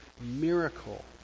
miracle